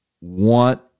want